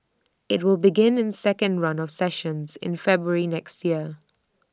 IT will begin in second run of sessions in February next year